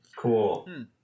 Cool